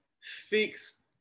fix